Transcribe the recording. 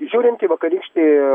žiūrint į vakarykštį